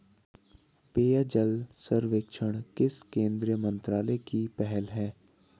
पेयजल सर्वेक्षण किस केंद्रीय मंत्रालय की पहल है?